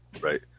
right